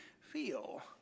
feel